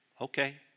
Okay